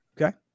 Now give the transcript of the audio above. Okay